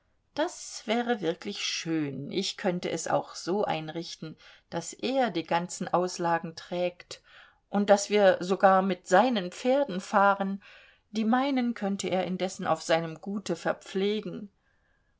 das wäre wirklich schön ich könnte es auch so einrichten daß er die ganzen auslagen trägt und daß wir sogar mit seinen pferden fahren die meinen könnte er indessen auf seinem gute verpflegen